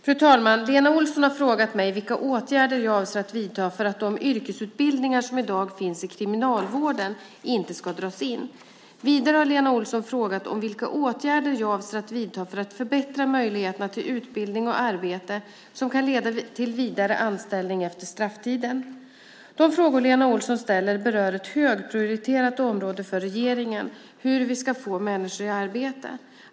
Fru talman! Lena Olsson har frågat mig vilka åtgärder jag avser att vidta för att de yrkesutbildningar som i dag finns i Kriminalvården inte ska dras in. Vidare har Lena Olsson frågat vilka åtgärder jag avser att vidta för att förbättra möjligheterna till utbildning och arbete som kan leda till vidare anställning efter strafftiden. De frågor Lena Olsson ställer berör ett högprioriterat område för regeringen: hur vi ska få människor i arbete.